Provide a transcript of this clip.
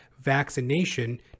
vaccination